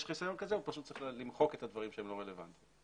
חיסיון כזה צריך למחוק את הדברים שהם לא רלוונטיים,